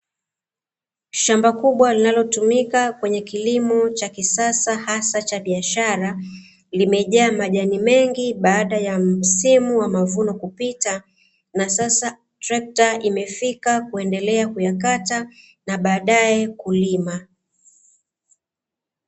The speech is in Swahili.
Shamba kubwa linalotumika kwenye kilimo cha kisasa hasa cha biashara, limejaa majani mengi baada ya msimu wa mavuno kupita na sasa trekta imefika kuendelea kuyakata na badae kulima.